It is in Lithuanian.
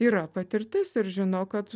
yra patirtis ir žino kad